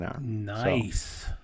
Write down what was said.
Nice